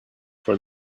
for